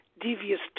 devious